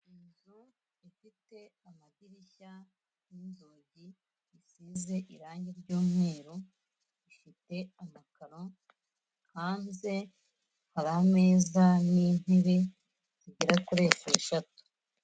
Inzu ifite amadirishya n'inzugi zisize irangi ry'umweru ifite amakaro hanze hari ameza n'intebe zigera kuri esheshatu.